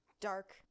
dark